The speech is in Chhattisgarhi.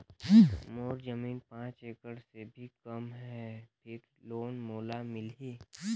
मोर जमीन पांच एकड़ से भी कम है फिर लोन मोला मिलही?